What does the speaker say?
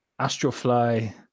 Astrofly